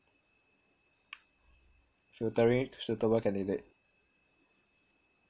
filtering suitable candidate